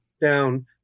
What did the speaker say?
down